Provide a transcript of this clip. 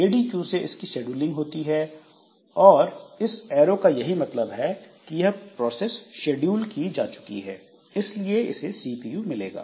ready queue से इसकी scheduling होगी और इस एरो का यही मतलब है कि यह प्रोसेस शेड्यूल की जा चुकी है इसलिए इसे सीपीयू मिलेगा